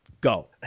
Go